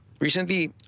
recently